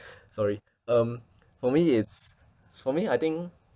sorry um for me it's for me I think